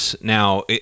Now